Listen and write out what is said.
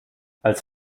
als